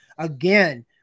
Again